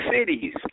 cities